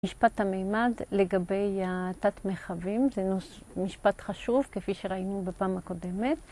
משפט המימד לגבי תת מרחבים, זה משפט חשוב, כפי שראינו בפעם הקודמת